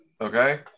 Okay